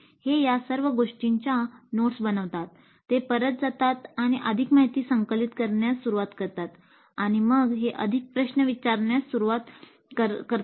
ते या सर्व गोष्टींच्या नोट्स बनवतात ते परत जातात आणि अधिक माहिती संकलित करण्यास सुरवात करतात आणि मग ते अधिक प्रश्न विचारण्यास सुरूवात करतात